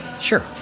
Sure